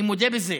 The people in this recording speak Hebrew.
אני מודה בזה.